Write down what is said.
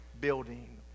building